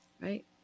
Right